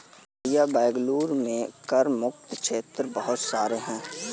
भैया बेंगलुरु में कर मुक्त क्षेत्र बहुत सारे हैं